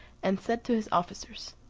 and said to his officers,